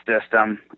system